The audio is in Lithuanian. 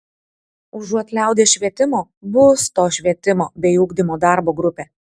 užuot liaudies švietimo bus to švietimo bei ugdymo darbo grupė